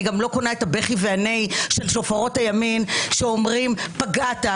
אני גם לא קונה את הבכי והנהי של שופרות הימין שאומרים "פגעת",